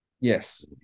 Yes